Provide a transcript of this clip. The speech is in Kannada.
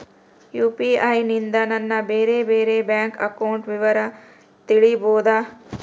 ಯು.ಪಿ.ಐ ನಿಂದ ನನ್ನ ಬೇರೆ ಬೇರೆ ಬ್ಯಾಂಕ್ ಅಕೌಂಟ್ ವಿವರ ತಿಳೇಬೋದ?